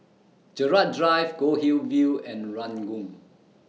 Gerald Drive Goldhill View and Ranggung